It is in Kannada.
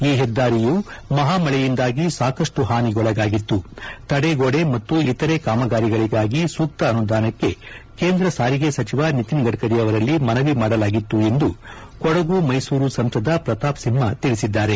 ಈ ಹೆದ್ದಾರಿಯು ಮಹಾಮಳೆಯಿಂದಾಗಿ ಸಾಕಷ್ಟು ಹಾನಿಗೊಳಗಾಗಿತ್ತು ತಡೆಗೋಡೆ ಮತ್ತು ಇತರ ಕಾಮಗಾರಿಗಳಿಗಾಗಿ ಸೂಕ್ತ ಅನುದಾನಕ್ಕೆ ಕೇಂದ್ರ ಸಾರಿಗೆ ಸಚಿವ ನಿತಿನ್ ಗಡ್ಡರಿ ಅವರಲ್ಲಿ ಮನವಿ ಮಾಡಲಾಗಿತ್ತು ಎಂದು ಕೊಡಗು ಮೈಸೂರು ಸಂಸದ ಪ್ರತಾಪ್ ಸಿಂಹ ತಿಳಿಸಿದ್ದಾರೆ